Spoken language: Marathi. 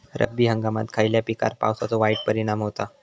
रब्बी हंगामात खयल्या पिकार पावसाचो वाईट परिणाम होता?